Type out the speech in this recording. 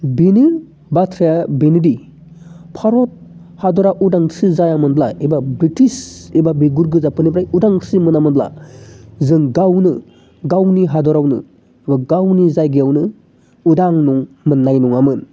बेनो बाथ्राया बेनो दि भारत हादरा उदांस्रि जायामोनब्ला एबा ब्रिटिश एबा बिगुर गोजाफोरनिफ्राय उदांस्रि मोनामोनब्ला जों गावनो गावनि हादरावनो एबा गावनि जायगायावनो उदां मोननाय नङामोन